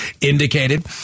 indicated